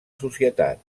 societat